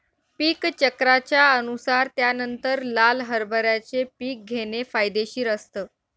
पीक चक्राच्या अनुसार त्यानंतर लाल हरभऱ्याचे पीक घेणे फायदेशीर असतं